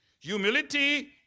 Humility